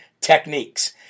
techniques